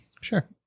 sure